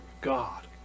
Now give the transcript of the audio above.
God